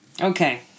okay